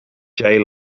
jay